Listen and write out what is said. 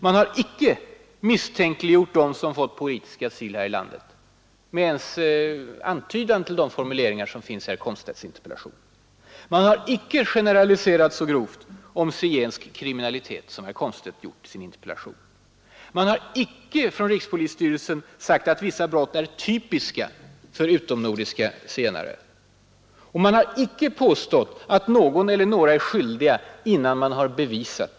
Man har inte misstänkliggjort dem som har fått politisk asyl här i landet med ens en antydan till de formuleringar som finns i herr Komstedts interpellation. Man har inte generaliserat så grovt om zigensk kriminalitet som herr Komstedt gjort i interpellationen. Man har inte från rikspolisstyrelsen sagt att vissa brott är typiska för utomnordiska zigenare. Man har inte påstått att någon eller några är skyldiga, innan detta har bevisats.